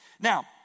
Now